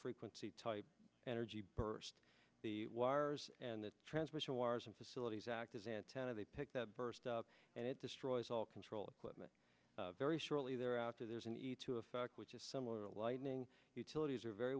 frequency type energy burst the wires and the transmission wires and facilities act as antenna they pick that burst up and it destroys all control equipment very shortly thereafter there's a need to effect which is similar lightning utilities are very